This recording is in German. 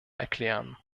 erklären